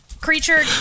Creature